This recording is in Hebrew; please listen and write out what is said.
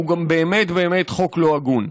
הוא גם באמת באמת חוק לא הגון.